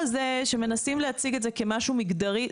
מנסים להציג את זה כמשהו מגדרי,